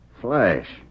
Flash